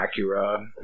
Acura